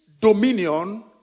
dominion